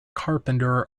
carpenter